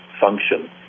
function